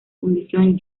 fundición